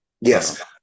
yes